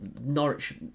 Norwich